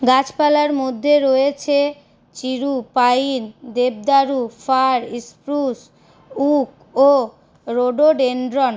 গাছপালার মধ্যে রয়েছে চির পাইন দেবদারু ফার স্প্রুস ওক ও রডোডেনড্রন